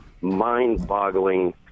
mind-boggling